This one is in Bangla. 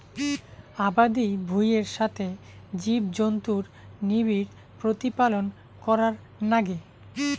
আবাদি ভুঁইয়ের সথে জীবজন্তুুর নিবিড় প্রতিপালন করার নাগে